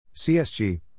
CSG